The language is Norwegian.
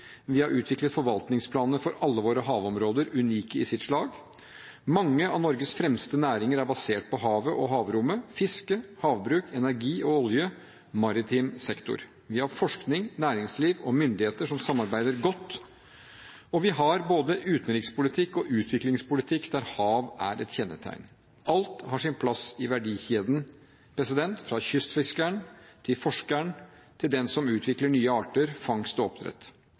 vi har utviklet forvaltningsplaner for alle våre havområder, unike i sitt slag, og mange av Norges fremste næringer er basert på havet og havrommet: fiske, havbruk, energi og olje og maritim sektor. Vi har forskning, næringsliv og myndigheter som samarbeider godt, og vi har både utenrikspolitikk og utviklingspolitikk der hav er et kjennetegn. Alt har sin plass i verdikjeden: fra kystfiskeren, til forskeren, til den som utvikler nye arter, fangst og oppdrett.